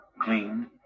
clean